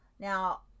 Now